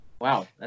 wow